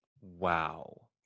Wow